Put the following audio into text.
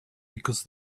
because